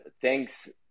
Thanks